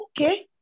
okay